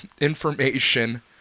information